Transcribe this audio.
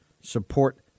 Support